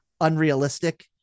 unrealistic